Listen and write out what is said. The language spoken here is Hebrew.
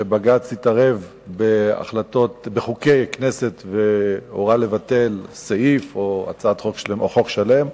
שבג"ץ התערב בחוקי הכנסת והורה לבטל סעיף או חוק שלם.